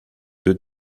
deux